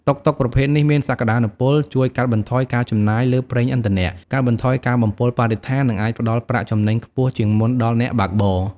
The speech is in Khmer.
តុកតុកប្រភេទនេះមានសក្ដានុពលជួយកាត់បន្ថយការចំណាយលើប្រេងឥន្ធនៈ កាត់បន្ថយការបំពុលបរិស្ថាន និងអាចផ្ដល់ប្រាក់ចំណេញខ្ពស់ជាងមុនដល់អ្នកបើកបរ។